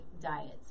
diets